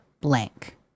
Blank